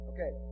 Okay